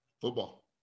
Football